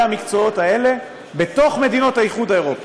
המקצועות האלה בתוך מדינות האיחוד האירופי.